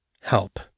help